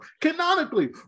canonically